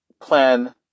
plan